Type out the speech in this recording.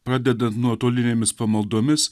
pradedant nuotolinėmis pamaldomis